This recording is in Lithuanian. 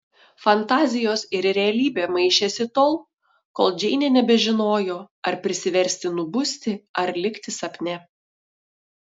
fantazijos ir realybė maišėsi tol kol džeinė nebežinojo ar prisiversti nubusti ar likti sapne